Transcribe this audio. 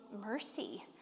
mercy